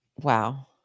Wow